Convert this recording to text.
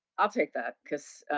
i'll take that because,